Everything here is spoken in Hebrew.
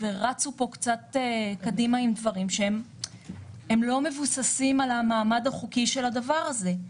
ורצו פה קצת קדימה עם דברים שהם לא מבוססים על המעמד החוקי של הדבר הזה.